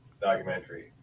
documentary